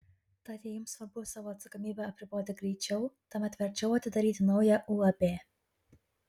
tad jei jums svarbu savo atsakomybę apriboti greičiau tuomet verčiau atidaryti naują uab